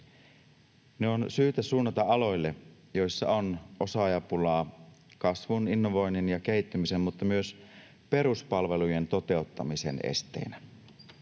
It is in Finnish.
Ne on syytä suunnata aloille, joissa on osaajapulaa kasvun, innovoinnin ja kehittymisen mutta myös peruspalvelujen toteuttamisen esteenä.